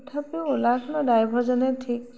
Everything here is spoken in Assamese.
তথাপিও ওলাখনৰ ড্ৰাইভৰজনে ঠিক